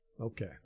Okay